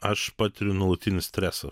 aš patiriu nuolatinį stresą